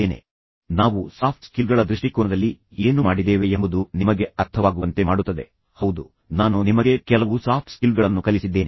ಈಗ ಮತ್ತೊಮ್ಮೆ ತ್ವರಿತವಾಗಿ ಪೂರ್ವವೀಕ್ಷಣೆ ಮಾಡೋಣ ನಾವು ಸಾಫ್ಟ್ ಸ್ಕಿಲ್ಗಳ ದೃಷ್ಟಿಕೋನದಲ್ಲಿ ಏನು ಮಾಡಿದ್ದೇವೆ ಎಂಬುದು ನಿಮಗೆ ಅರ್ಥವಾಗುವಂತೆ ಮಾಡುತ್ತದೆ ಹೌದು ನಾನು ನಿಮಗೆ ಕೆಲವು ಸಾಫ್ಟ್ ಸ್ಕಿಲ್ಗಳನ್ನು ಕಲಿಸಿದ್ದೇನೆ